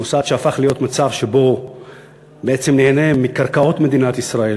מוסד שהפך להיות במצב שבו הוא בעצם נהנה מקרקעות מדינת ישראל,